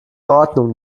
ordnung